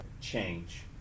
change